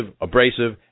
abrasive